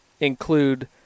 include